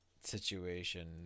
situation